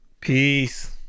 peace